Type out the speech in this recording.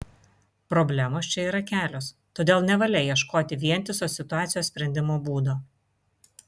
problemos čia yra kelios todėl nevalia ieškoti vientiso situacijos sprendimo būdo